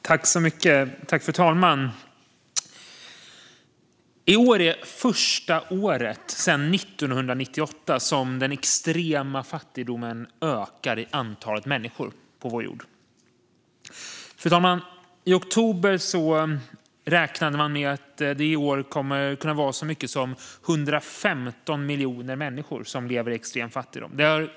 Fru talman! I år är det första året sedan 1998 som den extrema fattigdomen ökar sett till antalet människor på vår jord. I oktober räknade man med att det i år kommer att kunna vara så många som 115 miljoner människor som lever i extrem fattigdom.